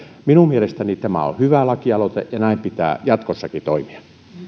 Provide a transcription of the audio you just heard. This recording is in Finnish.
minun mielestäni tämä on hyvä lakialoite ja näin pitää jatkossakin toimia